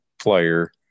player